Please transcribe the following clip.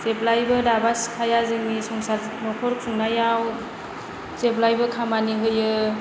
जेब्लायबो दाबा सिखाया जोंनि संसार नखर खुंनायाव जेब्लायबो खामानि होयो